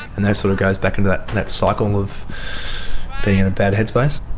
and that sort of goes back into that and that cycle of being in a bad head-space.